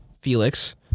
Felix